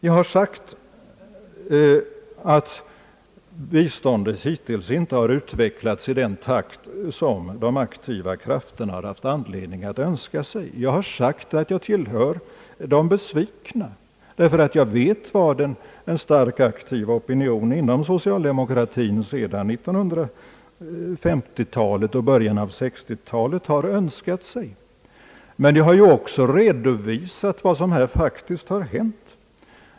Jag har sagt att biståndet hittills inte har utvecklats i den takt som de aktiva krafterna har haft anledning att önska. Jag har sagt att jag tillhör de besvikna därför att jag vet vad en stark opinion inom socialdemokratin sedan 1950-talet och början av 1960-talet har önskat sig. Men jag har också redovisat vad som här faktiskt har hänt.